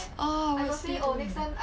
oh what is he doing